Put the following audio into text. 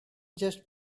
just